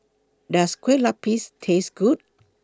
Does Kueh Lapis Taste Good